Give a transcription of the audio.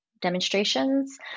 demonstrations